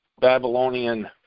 Babylonian